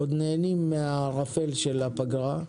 עוד נהנים מהערפל של הפגרה,